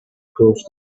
cross